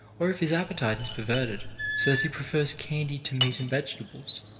or if his appetite is perverted so that he prefers candy to meat and vegetables,